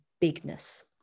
bigness